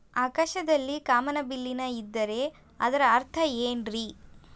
ಆಕಾಶದಲ್ಲಿ ಕಾಮನಬಿಲ್ಲಿನ ಇದ್ದರೆ ಅದರ ಅರ್ಥ ಏನ್ ರಿ?